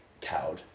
cowed